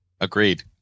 Agreed